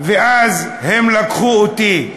ואז הם לקחו אותי,